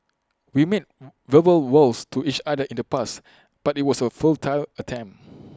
we made verbal vows to each other in the past but IT was A futile attempt